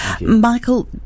Michael